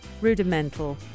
Rudimental